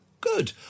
Good